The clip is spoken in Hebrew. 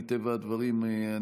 מטבע הדברים,